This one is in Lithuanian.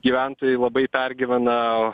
gyventojai labai pergyvena